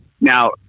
Now